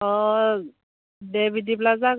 अ दे बिदिब्ला जागोन